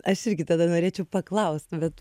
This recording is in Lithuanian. aš irgi tada norėčiau paklaust bet